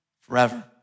forever